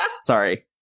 sorry